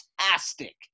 fantastic